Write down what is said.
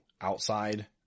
outside